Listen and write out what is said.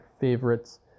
favorites